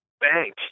bank